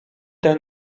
ten